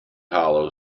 hollow